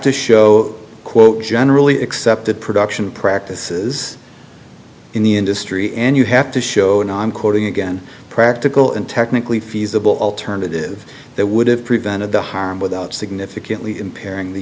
to show quote generally accepted production practices in the industry and you have to show and i'm quoting again practical and technically feasible alternative that would have prevented the harm without significantly impairing the